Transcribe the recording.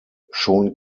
schon